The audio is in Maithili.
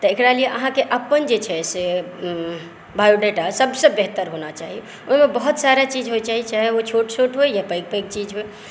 तऽ एकरा लेल अहाँके अपन जे छै से बायोडाटा सबसे बेहतर होना चाही ओहिमे बहुत सारा चीज होइ छै चाही ओ छोट छोट होइ या पैघ पैघ चीज होइ